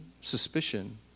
suspicion